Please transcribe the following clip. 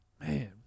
man